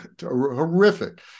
horrific